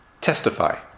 testify